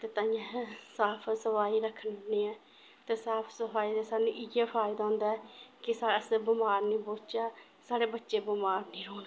ते ताइयें अस साफ सफाई रक्खने होन्ने आं ते साफ सफाई दे सानूं इ'यै फायदा होंदा ऐ कि अस बमार निं पौचै साढ़े बच्चे बमार निं होन